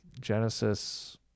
Genesis